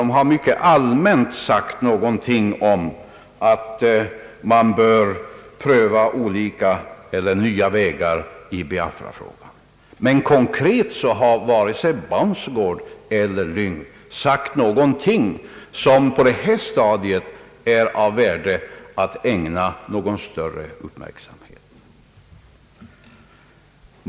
De har mycket allmänt sagt någonting om att man bör pröva nya vägar i Biafrafrågan. Men konkret har varken Baunsgaard eller Lyng sagt någonting på detta stadium som det är värt att ägna någon större uppmärksamhet åt.